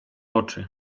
oczy